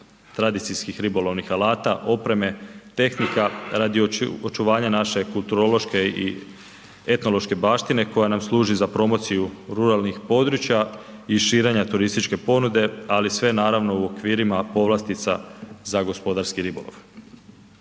tradicijskih ribolovnih alata, opreme, tehnika radi očuvanja naše kulturološke i etnološke baštine koja nam služi za promociju ruralnih područja i širenja turističke ponude, ali sve naravno u okvirima povlastica za gospodarski ribolov.